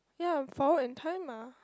yeah forward in time ah